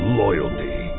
loyalty